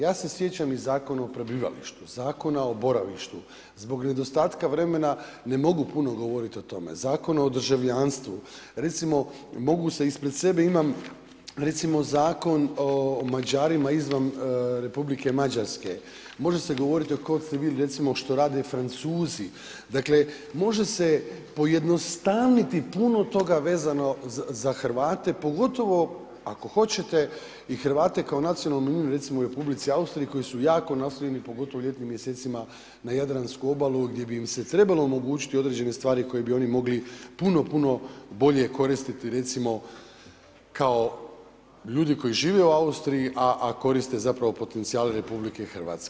Ja se sjećam i Zakona o prebivalištu, Zakona o boravištu, zbog nedostatka vremena ne mogu puno govoriti o tome, Zakona o državljanstvu, recimo ispred sebe imam Zakon o Mađarima izvan Republike Mađarske, može se govoriti … recimo što rade Francuzi, dakle može se pojednostavniti puno toga vezano za Hrvate, pogotovo ako hoćete i Hrvate kao nacionalnu manjinu recimo u Republici Austriji koji su jako naslonjeni pogotovo u ljetni mjesecima na jadransku obalu gdje bi im se trebamo omogućiti određene stvari koje bi oni mogli puno, puno bolje koristiti recimo kao ljudi koji žive u Austriji, a koriste zapravo potencijal RH.